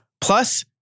Plus